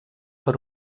per